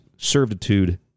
servitude